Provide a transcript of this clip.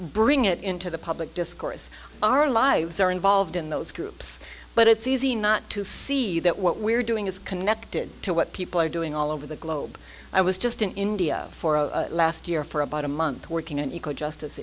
bring it into the public discourse our lives are involved in those groups but it's easy not to see that what we're doing is connected to what people are doing all over the globe i was just in india for a last year for about a month working on eco justice